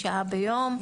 שעה ביום.